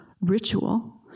ritual